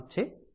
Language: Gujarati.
તે થઈ શકે છે